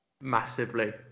Massively